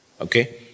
Okay